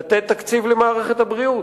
לתת תקציב למערכת הבריאות?